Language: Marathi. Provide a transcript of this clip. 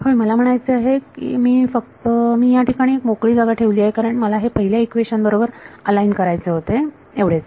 होय मला म्हणायचे आहे मी फक्त मी या ठिकाणी एक मोकळी जागा ठेवली आहे कारण मला हे पहिल्या इक्वेशन बरोबर अलाईन करायचे होते एवढेच